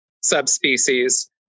subspecies